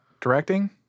directing